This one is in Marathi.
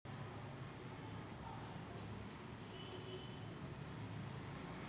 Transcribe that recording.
पपई हे फळ आहे, जे त्रिपुरा आणि मिझोराममध्ये घेतले जाते